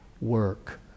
work